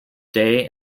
day